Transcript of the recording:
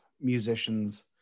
musicians